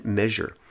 measure